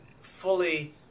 Fully